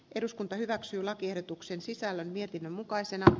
eduskunta hyväksyi lakiehdotuksen sisällön vietin mukaisena